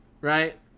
right